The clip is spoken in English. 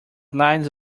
lines